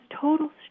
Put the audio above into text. total